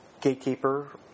Gatekeeper